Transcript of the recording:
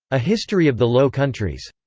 ah history of the low countries.